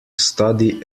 study